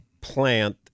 plant